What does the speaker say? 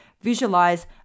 Visualize